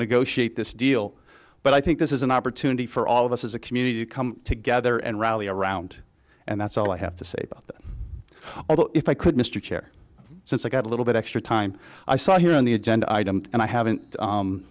negotiate this deal but i think this is an opportunity for all of us as a community to come together and rally around and that's all i have to say about that although if i could mr chair since i got a little bit extra time i saw here on the agenda item and i haven't